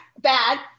Bad